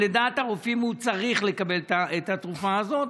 לדעת הרופאים הוא צריך לקבל את התרופה הזאת,